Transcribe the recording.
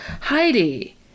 Heidi